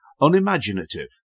unimaginative